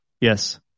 Yes